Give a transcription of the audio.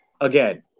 again